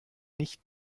nicht